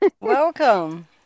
Welcome